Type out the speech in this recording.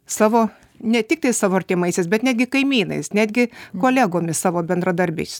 savo ne tiktai savo artimaisiais bet netgi kaimynais netgi kolegomis savo bendradarbiais